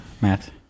Matt